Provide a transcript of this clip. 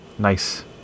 Nice